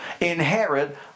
inherit